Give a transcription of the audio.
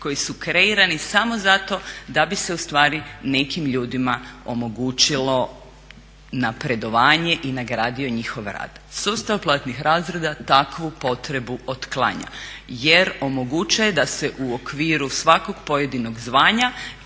koji su kreirani samo zato da bi se ustvari nekim ljudima omogućilo napredovanje i nagradio njihov rad. Sustav platnih razreda takvu potrebu otklanja jer omogućava da se u okviru svakog pojedinog zvanja